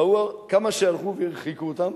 ראו שכמה שהלכו והרחיקו אותם,